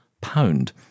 pound